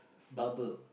bubble